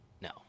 No